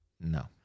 No